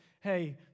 hey